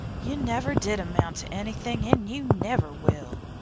you never did amount to anything, an' you never will.